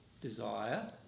desire